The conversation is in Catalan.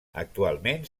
actualment